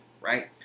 right